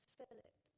Philip